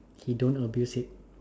he don't abuse it